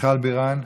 מיכל בירן,